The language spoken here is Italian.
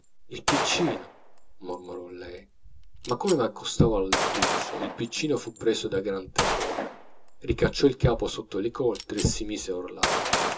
intenta il piccino mormorò lei ma come m'accostavo al lettuccio il piccino fu preso da gran terrore ricacciò il capo sotto le coltri e si mise a urlare